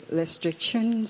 restrictions